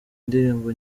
indirimbo